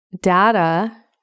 data